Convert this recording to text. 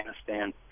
Afghanistan